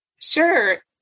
Sure